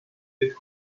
with